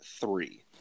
three